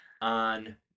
on